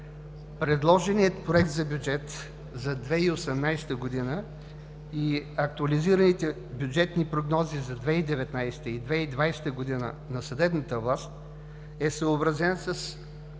Предложеният Проект за бюджет за 2018 г. и актуализираните бюджетни прогнози за 2019 и 2020 г. на съдебната власт е съобразен с